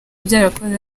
byarakozwe